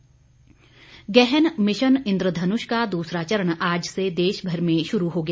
mission Indradhanush गहन mission Indradhanush का दूसरा चरण आज से देशभर में शुरू हो गया